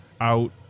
out